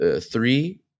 three